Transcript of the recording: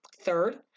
Third